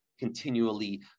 continually